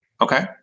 Okay